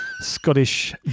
Scottish